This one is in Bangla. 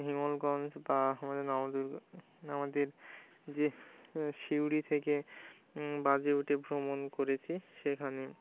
হিঙ্গলগঞ্জ বা আমাদের নবদুর্গা আমাদের যে সিউড়ি থেকে বাসে উঠে ভ্রমণ করেছি সেখানে